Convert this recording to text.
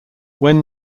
when